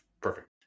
Perfect